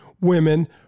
women